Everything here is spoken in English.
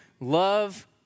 love